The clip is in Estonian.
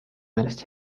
meelest